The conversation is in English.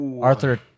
Arthur